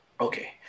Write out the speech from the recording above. Okay